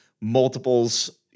multiples